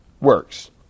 works